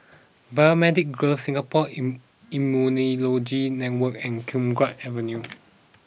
Biomedical Grove Singapore in Immunology Network and Khiang Guan Avenue